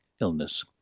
illness